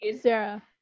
Sarah